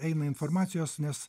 eina informacijos nes